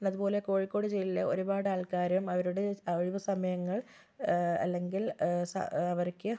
അതുപോലെ കോഴിക്കോട് ജയിലിലെ ഒരുപാട് ആൾക്കാരും അവരുടെ ഒഴിവ് സമയങ്ങൾ അല്ലെങ്കിൽ സ അവർക്ക്